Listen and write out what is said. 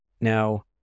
Now